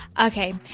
okay